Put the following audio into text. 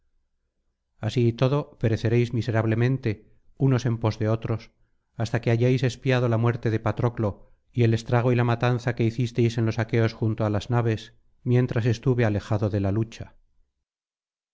así y todo pereceréis miserablemente unos en pos de otros hasta que hayáis expiado la muerte de patroclo y el estrago y la matanza que hicisteis en los aqueos junto á las naves mientras estuve alejado de la lucha